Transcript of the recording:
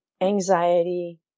anxiety